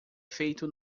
feito